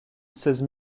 seize